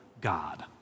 God